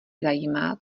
zajímá